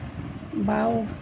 বাঁও